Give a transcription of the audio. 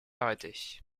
arrêtés